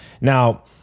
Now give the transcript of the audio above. Now